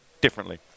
differently